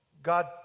God